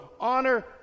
honor